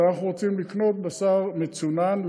אנחנו רוצים לקנות בשר מצונן,